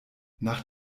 nach